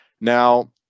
Now